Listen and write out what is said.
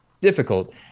difficult